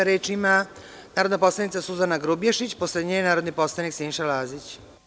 Reč ima narodna poslanica Suzana Grubješić, a posle nje narodni poslanik Siniša Lazić.